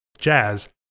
jazz